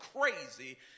crazy